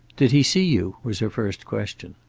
did he see you? was her first question.